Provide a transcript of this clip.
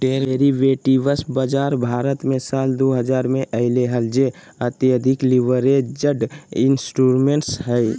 derivatives बाजार भारत मे साल दु हजार मे अइले हल जे अत्यधिक लीवरेज्ड इंस्ट्रूमेंट्स हइ